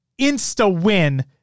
insta-win